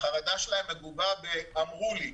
החרדה שלהם מגובה ב"אמרו לי".